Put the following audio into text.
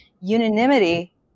unanimity